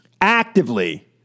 actively